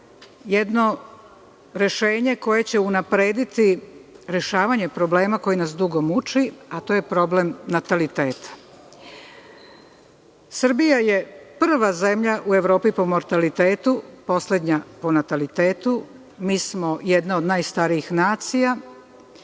jedno rešenje koje će unaprediti rešavanje problema koji nas dugo muči, a to je problem nataliteta. Srbija je prva zemlja u Evropi po mortalitetu, poslednja po natalitetu. Mi smo jedna od najstarijih nacija